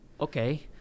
Okay